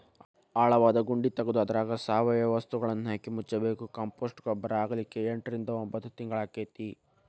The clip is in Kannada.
ಆಳವಾದ ಗುಂಡಿ ತಗದು ಅದ್ರಾಗ ಸಾವಯವ ವಸ್ತುಗಳನ್ನಹಾಕಿ ಮುಚ್ಚಬೇಕು, ಕಾಂಪೋಸ್ಟ್ ಗೊಬ್ಬರ ಆಗ್ಲಿಕ್ಕೆ ಎಂಟರಿಂದ ಒಂಭತ್ ತಿಂಗಳಾಕ್ಕೆತಿ